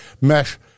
mesh